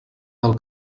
del